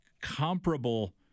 comparable